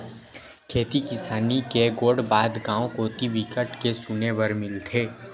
खेती किसानी के गोठ बात गाँव कोती बिकट के सुने बर मिलथे